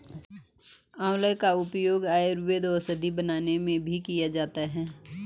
आंवला का उपयोग आयुर्वेदिक औषधि बनाने में भी किया जाता है